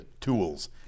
tools